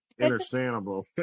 understandable